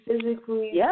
physically